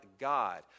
God